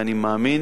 ואני מאמין